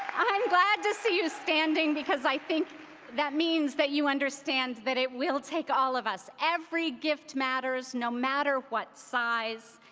i'm glad to see you standing, because i think that means that you understand that it will take all of us. every gift matters, no matter what size,